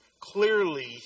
Clearly